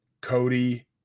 Cody